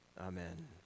Amen